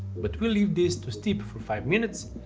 but we'll leave this to steep for five minutes,